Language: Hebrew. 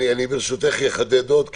ברשותך, אחדד עוד.